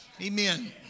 Amen